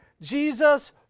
Jesus